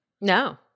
no